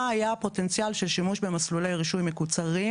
מה היה הפוטנציאל של שימוש במסלולי רישוי מקוצרים?